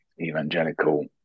Evangelical